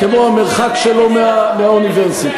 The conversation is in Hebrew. כמו המרחק שלו מהאוניברסיטה,